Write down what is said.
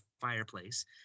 fireplace